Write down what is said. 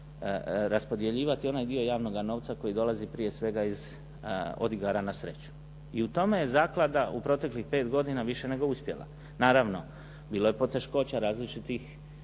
raspodjeljivati onaj dio javnoga novca koji dolazi prije svega od igara na sreću. I u tome je zaklada u proteklih pet godina više nego uspjela. Naravno, bilo je poteškoća različitih